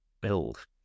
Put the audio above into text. build